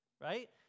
Right